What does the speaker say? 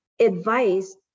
advice